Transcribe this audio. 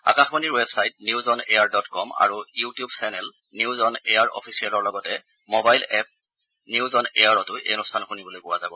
আকাশবাণীৰ website news on air dot com আৰু YouTube channel news on air অফিচিয়েলৰ লগতে মোবাইল এপ নিউজ অন এয়াৰতো এই অনুষ্ঠান শুনিবলৈ পোৱা যাব